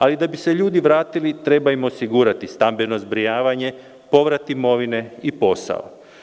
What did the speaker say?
Ali, da bi se ljudi vratili treba im osigurati stambeno zbrinjavanje, povrat imovine i posao.